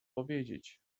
powiedzieć